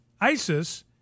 ISIS